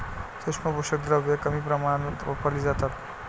सूक्ष्म पोषक द्रव्ये कमी प्रमाणात वापरली जातात